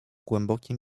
głębokie